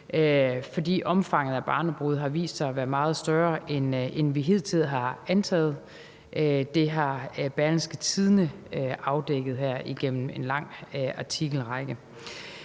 for omfanget af barnebrude har vist sig at være meget større, end vi hidtil har antaget. Det har Berlingske afdækket igennem en lang artikelrække.